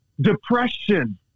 depression